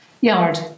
Yard